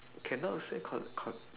cannot say co co